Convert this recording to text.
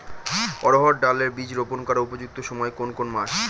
অড়হড় ডাল এর বীজ রোপন করার উপযুক্ত সময় কোন কোন মাস?